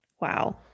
Wow